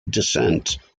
descent